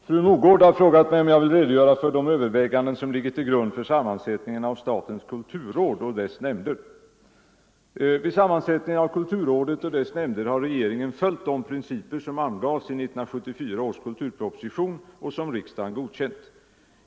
Herr talman! Fru Mogård har frågat mig om jag vill redogöra för de överväganden som ligger till grund för sammansättningen av statens kulturråd och dess nämnder. Vid sammansättningen av kulturrådet och dess nämnder har regeringen följt de principer som angavs i 1974 års kulturproposition och som riksdagen godkänt.